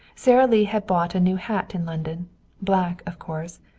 sara lee had bought a new hat in london black, of course,